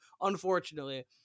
unfortunately